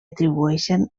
atribueixen